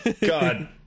God